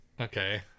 Okay